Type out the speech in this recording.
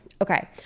Okay